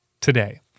today